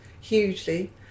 hugely